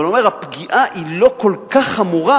אבל הוא אומר: הפגיעה היא לא כל כך חמורה,